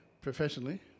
professionally